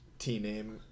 T-name